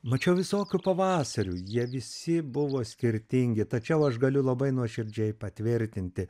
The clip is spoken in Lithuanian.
mačiau visokių pavasarių jie visi buvo skirtingi tačiau aš galiu labai nuoširdžiai patvirtinti